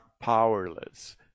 powerless